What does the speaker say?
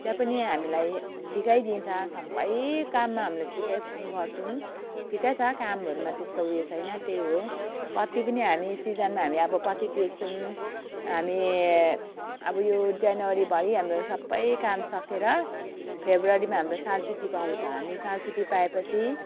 त्यहाँ पनि हामीलाई ठिकै दिन्छ सबै काममा हामीलाई ठिकै गर्छौँ ठिकै छ कामहरूमा त्यस्तो उयो छैन त्यही हो पत्ती पनि हामी सिजनमा हामी अब पत्ती टिप्छौँ हामी अब यो जनवरीभरि हाम्रो सबै काम सकेर फेब्रुअरीमा हाम्रो साल छुट्टी पाउँछ हामी साल छुट्टी पाएपछि